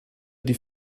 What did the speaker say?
die